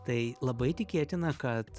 tai labai tikėtina kad